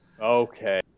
Okay